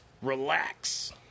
Relax